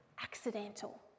accidental